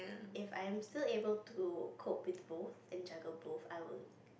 if I'm still able to cope with both and juggle both I will